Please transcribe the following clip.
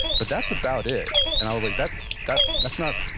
but that's about it. and i was like, that's, that's that's not,